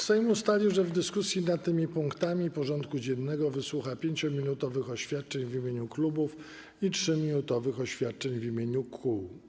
Sejm ustalił, że w dyskusji nad tym punktem porządku dziennego wysłucha 5-minutowych oświadczeń w imieniu klubów i 3-minutowych oświadczeń w imieniu kół.